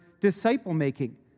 disciple-making